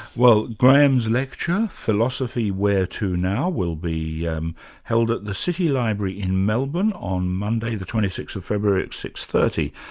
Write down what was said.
well, graham's lecture, philosophy where to now? will be yeah um held at the city library in melbourne on monday twenty sixth february at six. thirty.